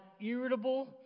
irritable